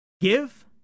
Give